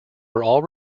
were